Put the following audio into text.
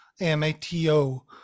M-A-T-O